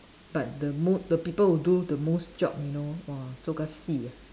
but the mo~ the people who do the most job you know !wah! ah